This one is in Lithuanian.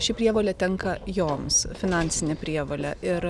ši prievolė tenka joms finansinė prievolė ir